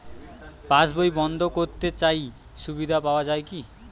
পাশ বই বন্দ করতে চাই সুবিধা পাওয়া যায় কি?